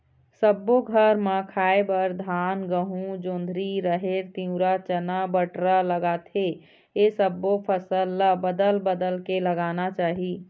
सब्बो घर म खाए बर धान, गहूँ, जोंधरी, राहेर, तिंवरा, चना, बटरा लागथे ए सब्बो फसल ल बदल बदल के लगाना चाही